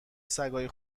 سگای